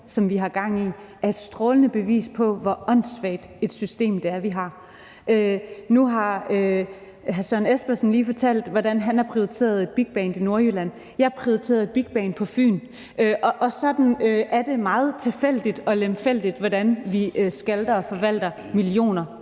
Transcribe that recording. som vi har gang i, er et strålende bevis på, hvor åndssvagt et system det er, vi har. Nu har hr. Søren Espersen lige fortalt, hvordan han har prioriteret et bigband i Nordjylland. Jeg har prioriteret et bigband på Fyn, og sådan er det meget tilfældigt og lemfældigt, hvordan vi her i Folketinget